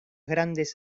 grandes